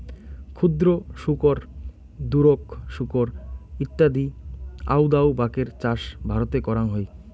ক্ষুদ্র শুকর, দুরোক শুকর ইত্যাদি আউদাউ বাকের চাষ ভারতে করাং হই